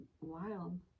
wild